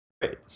great